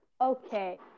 Okay